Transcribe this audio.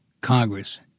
Congress